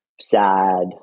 sad